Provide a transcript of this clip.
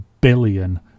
billion